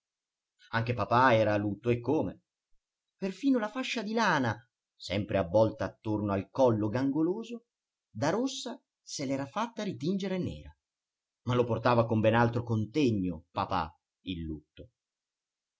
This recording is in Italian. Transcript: anche papà era a lutto e come perfino la fascia di lana sempre avvolta attorno al collo gangoloso da rossa se l'era fatta ritingere nera ma lo portava con ben altro contegno papà il lutto